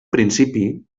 principi